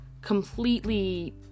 completely